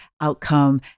outcome